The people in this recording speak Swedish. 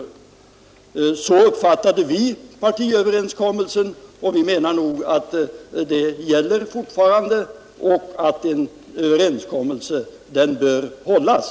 Så uppfattade i varje fall vi partiöverenskommelsen, och vi anser att det är en överenskommelse som fortfarande gäller och bör hållas.